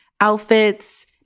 outfits